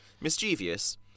Mischievous